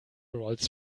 rolls